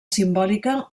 simbòlica